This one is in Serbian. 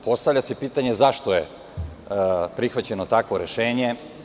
Postavlja se pitanje – zašto je prihvaćeno takvo rešenje?